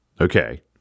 Okay